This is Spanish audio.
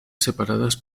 separadas